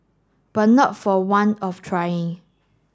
but not for want of trying